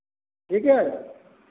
ठीक है